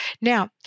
Now